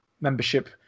membership